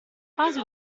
fase